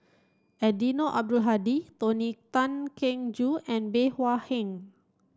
Eddino Abdul Hadi Tony Tan Keng Joo and Bey Hua Heng